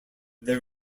there